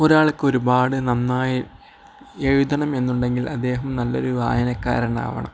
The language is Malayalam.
ഒരാൾക്ക് ഒരുപാട് നന്നായി എഴുതണം എന്നുണ്ടെങ്കിൽ അദ്ദേഹം നല്ലൊരു വായനക്കാരനാവണം